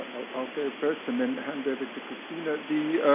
ah i'll go first and then hand over to cristina. the